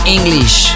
English